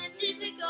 difficult